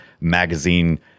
magazine